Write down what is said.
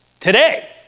Today